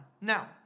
Now